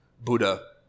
Buddha